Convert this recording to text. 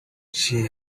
she